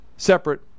Separate